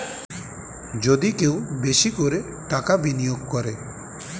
যদি কেউ বেশি করে টাকা বিনিয়োগ করে